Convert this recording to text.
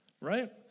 right